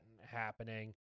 happening